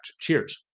Cheers